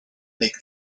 make